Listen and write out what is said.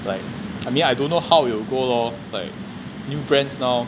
like I mean I don't know it will go lor like new brands now